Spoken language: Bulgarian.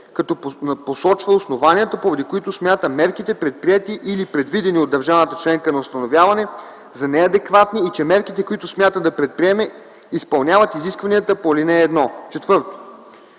като посочва основанията, поради които смята мерките, предприети или предвидени от държавата членка на установяване за неадекватни и че мерките, които смята да предприеме, изпълняват изискванията на ал. 1; 4.